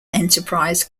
enterprise